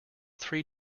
three